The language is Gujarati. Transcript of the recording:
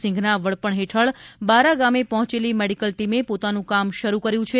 સિંઘના વડપણ હેઠળ બારા ગામે પહોંચેલી મેડિકલ ટીમે પોતાનું કામ શરૂ કર્યું છે